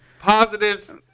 positives